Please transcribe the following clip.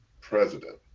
president